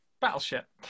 Battleship